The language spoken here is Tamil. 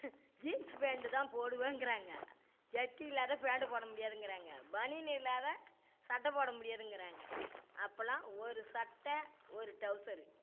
ஜீன்ஸு பேண்ட்டு தான் போடுவேங்கிறாங்க ஜட்டி இல்லாத பேண்ட்டு போடமுடியாதுங்கிறாங்க பனியன் இல்லாத சட்டை போடமுடியாதுங்கிறாங்க அப்போலாம் ஒரு சட்டை ஒரு டவுசரு